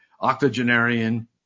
octogenarian